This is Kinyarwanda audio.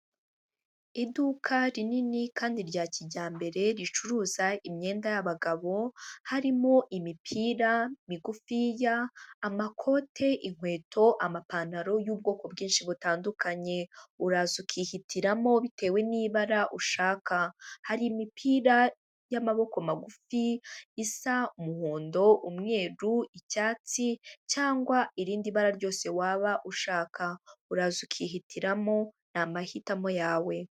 Iduka rinini kandi rya kijyambere ricuruza imyenda y'abagabo, harimo imipira migufiya, amakote, inkweto, amapantaro y'ubwoko bwinshi butandukanye, uraza ukihitiramo bitewe n'ibara ushaka. Hari imipira y'amaboko magufi isa umuhondo, umweru, icyatsi cyangwa irindi bara ryose waba ushaka, uraza ukihitiramo ni amahitamo yawe.